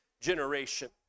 generation